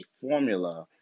formula